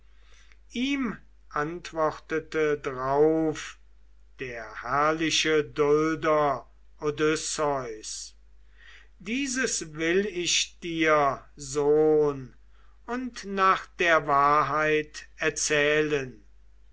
ihm antwortete drauf der herrliche dulder odysseus dieses will ich dir sohn und nach der wahrheit erzählen